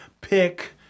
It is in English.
pick